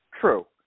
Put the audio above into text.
True